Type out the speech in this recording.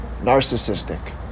narcissistic